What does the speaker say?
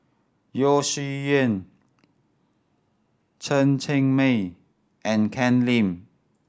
Yeo Shih Yun Chen Cheng Mei and Ken Lim